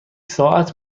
ساعت